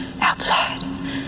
outside